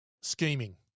scheming